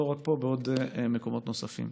לא רק פה, במקומות נוספים.